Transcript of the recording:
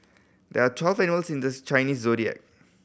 there are twelve animals in the Chinese Zodiac